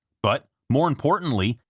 but more importantly,